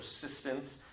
persistence